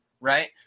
right